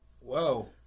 Whoa